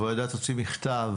הוועדה תוציא מכתב.